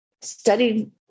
studied